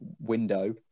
window